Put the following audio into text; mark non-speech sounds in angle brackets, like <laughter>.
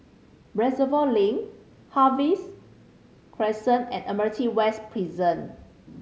Reservoir Link Harvey <hesitation> Crescent and Admiralty West Prison